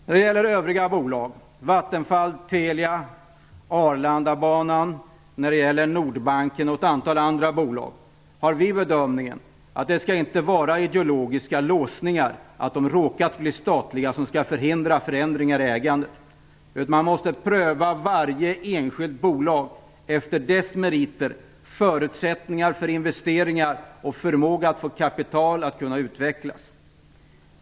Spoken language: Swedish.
När det gäller övriga bolag, Vattenfall, Telia, Arlandabanan, Nordbanken och ett antal andra bolag, har vi gjort bedömningen att det inte skall vara ideologiska låsningar, att de råkat bli statliga, som skall förhindra förändringar i ägandet. Man måste pröva varje enskilt bolag efter dess meriter, förutsättningar för investeringar och förmåga att få kapital att kunna utvecklas.